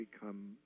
become